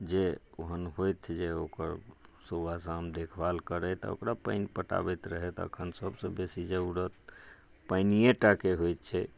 जे ओहन होथि जे ओकर सुबह शाम देखभाल करथि आ ओकरा पानि पटाबैत रहथि एखन सबसँ बेसी जरुरत पानिये टा के होइत छै